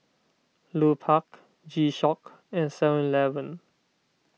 Lupark G Shock and Seven Eleven